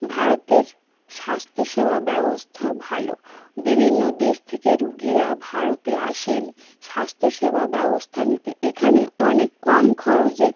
ভারতের স্বাস্থ্যসেবা ব্যবস্থা ভালো বিভিন্ন দেশ থেকে রোগীরা ভারতে আসেন স্বাস্থ্যসেবা ব্যবস্থা নিতে এখানে অনেক কম খরচে